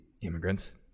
immigrants